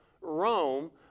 Rome